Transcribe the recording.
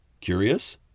Curious